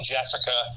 Jessica